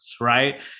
right